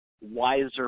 wiser